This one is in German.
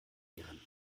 ihren